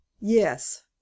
Yes